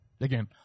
again